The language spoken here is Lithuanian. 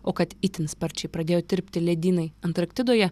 o kad itin sparčiai pradėjo tirpti ledynai antarktidoje